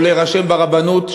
או להירשם ברבנות,